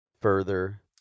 further